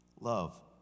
Love